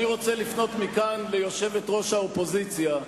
אני רוצה לפנות מכאן ליושבת-ראש האופוזיציה,